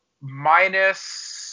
minus